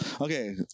Okay